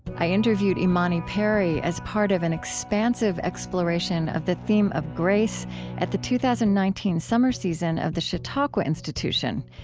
i interviewed imani perry as part of an expansive exploration of the theme of grace at the two thousand and nineteen summer season of the chautauqua institution,